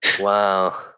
Wow